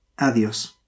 adiós